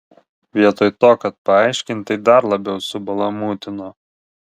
vietoj to kad paaiškint tai dar labiau subalamūtino